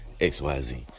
XYZ